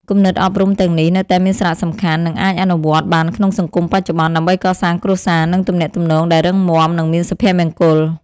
គំនិតអប់រំទាំងនេះនៅតែមានសារៈសំខាន់ និងអាចអនុវត្តបានក្នុងសង្គមបច្ចុប្បន្ន ដើម្បីកសាងគ្រួសារ និងទំនាក់ទំនងដែលរឹងមាំ និងមានសុភមង្គល។